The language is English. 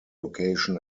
location